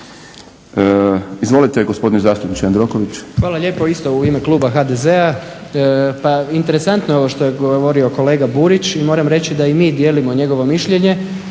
**Jandroković, Gordan (HDZ)** Hvala lijepo isto u ime kluba HDZ-a. Pa interesantno je ovo što je govorio kolega Burić i moram reći da i mi dijelimo njegovo mišljenje.